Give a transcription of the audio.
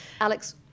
Alex